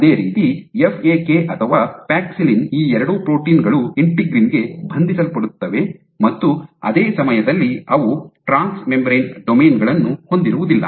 ಅದೇ ರೀತಿ F A K ಅಥವಾ ಪ್ಯಾಕ್ಸಿಲಿನ್ ಈ ಎರಡೂ ಪ್ರೋಟೀನ್ ಗಳು ಇಂಟಿಗ್ರಿನ್ ಗೆ ಬಂಧಿಸಲ್ಪಡುತ್ತವೆ ಮತ್ತು ಅದೇ ಸಮಯದಲ್ಲಿ ಅವು ಟ್ರಾನ್ಸ್ ಮೆಂಬರೇನ್ ಡೊಮೇನ್ ಗಳನ್ನು ಹೊಂದಿರುವುದಿಲ್ಲ